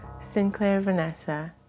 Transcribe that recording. sinclairvanessa